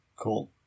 Cool